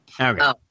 Okay